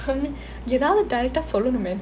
ஏதாவது:yethaavathu direct ah சொல்லணுமே:sollanume